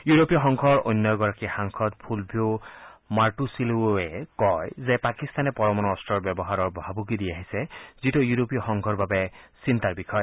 ইউৰোপীয় সংঘৰ অন্য এগৰাকী সাংসদ ফুলভিঅ মাৰ্টুছিল'ৱে কয় যে পাকিস্তানে পৰমাণু অন্তৰৰ ব্যৱহাৰৰ ভাবুকি দি আছে যিটো ইউৰোপীয় সংঘৰ বাবে চিন্তাৰ বিষয়